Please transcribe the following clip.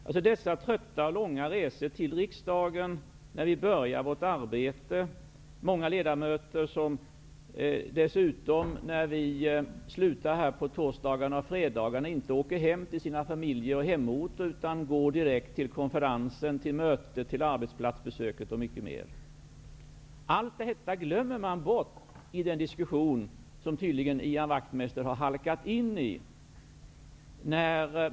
Det är tröttande och långa resor till riksdagen när vårt arbete börjar. På torsdagar och fredagar när riksdagsveckan är slut är det många ledamöter som inte åker hem till familjen eller till hemorten. I stället går de direkt till en konferens, ett möte, ett arbetsplatsbesök osv. Allt detta glöms bort i den diskussion som Ian Wachtmeister tydligen har halkat in i.